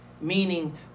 Meaning